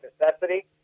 necessity